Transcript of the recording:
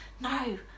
No